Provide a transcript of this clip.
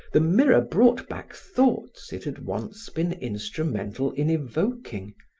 the mirror brought back thoughts it had once been instrumental in evoking,